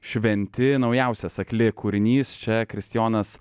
šventi naujausias akli kūrinys čia kristijonas